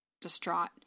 distraught